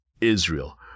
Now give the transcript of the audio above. Israel